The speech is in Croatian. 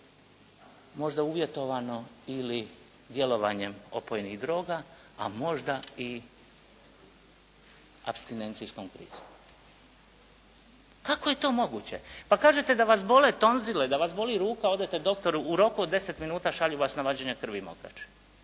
možda uvjetovano ili djelovanjem opojnih droga, a možda i apstinencijskom krizom. Kako je to moguće? Pa kažete da vas bole tonzile, da vas boli ruka, odete doktoru, u roku od 10 minuta šalju vas na vađenje krvi i mokraće,